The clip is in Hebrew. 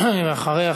ואחריה,